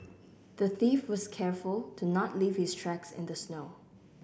the thief was careful to not leave his tracks in the snow